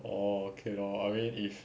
orh okay lor I mean if